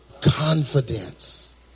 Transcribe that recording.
Confidence